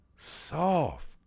Soft